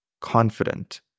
confident